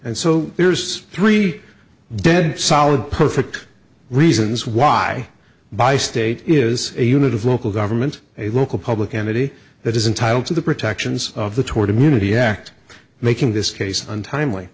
and so there's three dead solid perfect reasons why buy state is a unit of local government a local public entity that is entitled to the protections of the toward immunity act making this case untimely